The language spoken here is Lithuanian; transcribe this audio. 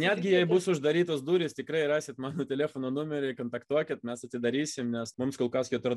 netgi jei bus uždarytos durys tikrai rasit mano telefono numerį kontaktuokit mes atidarysim nes mums kol kas kitur